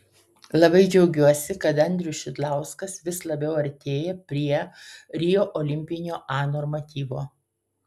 labai džiaugiuosi kad andrius šidlauskas vis labiau artėja prie rio olimpinio a normatyvo